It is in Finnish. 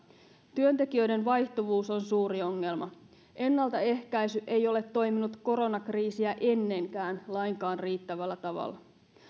työntekijöiden vaihtuvuus on suuri ongelma ennaltaehkäisy ei ole toiminut koronakriisiä ennenkään lainkaan riittävällä tavalla